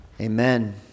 Amen